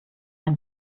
ein